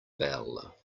bell